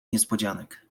niespodzianek